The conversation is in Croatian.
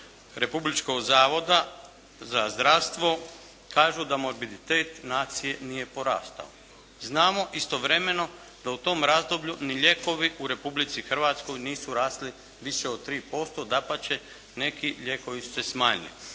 republičkog zavoda za zdravstvo kažu da morbiditet nacije nije porastao. Znamo, istovremeno da u tom razdoblju ni lijekovi u Republici Hrvatskoj nisu rasli više od 3% dapače neki lijekovi su se smanjili.